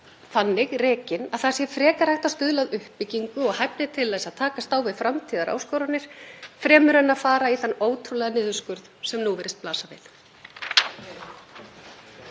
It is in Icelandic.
þannig rekin að það sé frekar hægt að stuðla að uppbyggingu og hæfni til að takast á við framtíðaráskoranir en að fara í þann ótrúlega niðurskurð sem nú virðist blasa við.